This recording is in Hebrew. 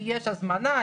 כי יש הזמנה,